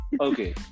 Okay